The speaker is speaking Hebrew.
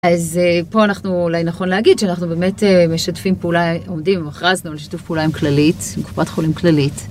אז פה אנחנו אולי נכון להגיד שאנחנו באמת משתפים פעולה, עומדים ומכרזנו לשיתוף פעולה עם כללית, עם קופת חולים כללית.